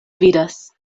vidas